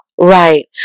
right